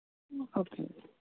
okay